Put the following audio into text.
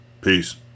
Peace